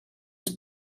ens